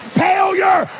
failure